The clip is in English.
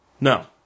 No